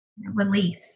relief